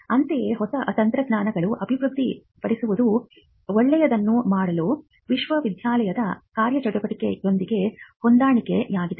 ಅಂತೆಯೇ ಹೊಸ ತಂತ್ರಜ್ಞಾನಗಳನ್ನು ಅಭಿವೃದ್ಧಿಪಡಿಸುವುದು ಒಳ್ಳೆಯದನ್ನು ಮಾಡಲು ವಿಶ್ವವಿದ್ಯಾಲಯದ ಕಾರ್ಯಚಟುವಟಿಕೆಯೊಂದಿಗೆ ಹೊಂದಾಣಿಕೆಯಾಗಿದೆ